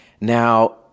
Now